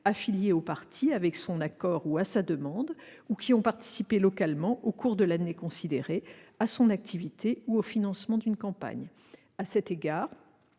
affiliées au parti, avec son accord ou à sa demande, ou qui ont participé localement, au cours de l'année considérée, à son activité ou au financement d'une campagne. À cet égard,